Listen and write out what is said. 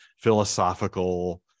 philosophical